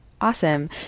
Awesome